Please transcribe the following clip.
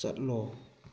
ꯆꯠꯂꯣ